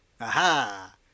aha